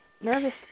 Nervous